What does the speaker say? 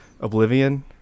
Oblivion